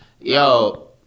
yo